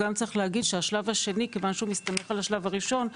צריך להגיד שמכיוון שהשלב השני מסתמך על השלב הראשון,